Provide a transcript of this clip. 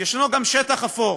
יש גם שטח אפור,